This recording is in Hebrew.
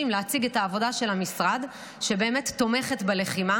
להציג את העבודה של המשרד שבאמת תומכת בלחימה.